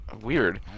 Weird